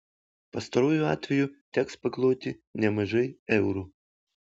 pastaruoju atveju teks pakloti nemažai eurų